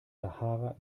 sahara